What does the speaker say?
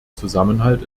zusammenhalt